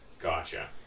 Gotcha